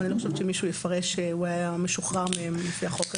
אני לא חושבת שמישהו יפרש שהוא היה משוחרר לפי החוק הזה.